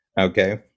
okay